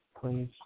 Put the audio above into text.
please